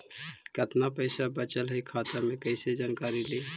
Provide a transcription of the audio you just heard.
कतना पैसा बचल है खाता मे कैसे जानकारी ली?